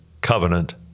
covenant